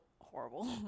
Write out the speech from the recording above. horrible